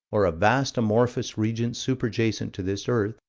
or a vast amorphous region super-jacent to this earth,